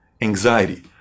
Anxiety